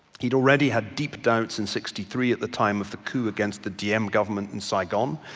he'd already had deep doubts in sixty three at the time of the coupe against the dm government in saigon.